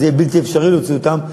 ויהיה בלתי אפשרי להוציא אותם.